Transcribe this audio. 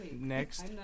next